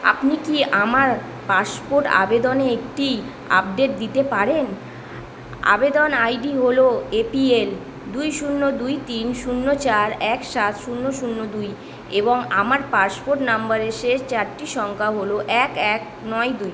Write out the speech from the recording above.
আপনি কি আমার পাসপোর্ট আবেদনে একটি আপডেট দিতে পারেন আবেদন আইডি হলো এপিএল দুই শূন্য দুই তিন শূন্য চার এক সাত শূন্য শূন্য দুই এবং আমার পাসপোর্ট নাম্বারের শেষ চারটি সংখ্যা হলো এক এক নয় দুই